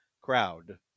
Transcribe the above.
crowd